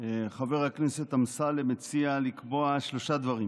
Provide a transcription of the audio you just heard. חבר הכנסת אמסלם הציע לקבוע שלושה דברים: